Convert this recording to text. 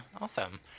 awesome